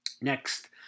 Next